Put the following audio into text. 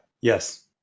Yes